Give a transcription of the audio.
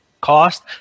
cost